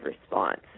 response